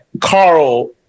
Carl